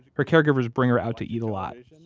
her caregivers bring her out to eat a lot. and